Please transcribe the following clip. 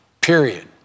period